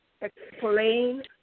explain